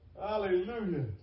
Hallelujah